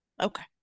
okay